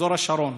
באזור השרון